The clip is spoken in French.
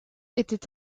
était